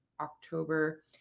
October